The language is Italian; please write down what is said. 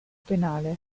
penale